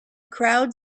crowd